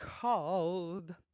called